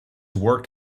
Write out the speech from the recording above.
work